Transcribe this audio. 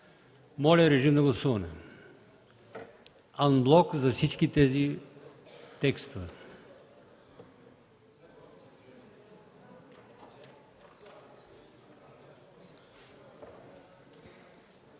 Моля, режим на гласуване анблок за всички тези текстове.